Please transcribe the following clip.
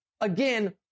again